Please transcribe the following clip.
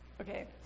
Okay